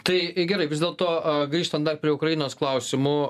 tai gerai vis dėlto grįžtant dar prie ukrainos klausimų